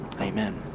amen